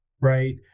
right